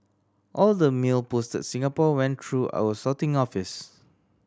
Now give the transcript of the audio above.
all the mail posted Singapore went through our sorting office